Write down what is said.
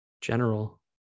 General